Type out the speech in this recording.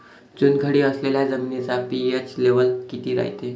चुनखडी असलेल्या जमिनीचा पी.एच लेव्हल किती रायते?